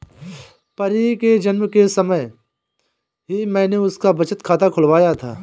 परी के जन्म के समय ही मैने उसका बचत खाता खुलवाया था